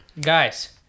guys